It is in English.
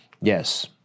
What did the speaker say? Yes